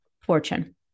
fortune